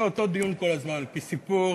זה אותו דיון כל הזמן, כי סיפור